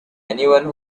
anyone